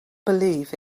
believe